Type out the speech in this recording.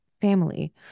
family